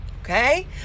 okay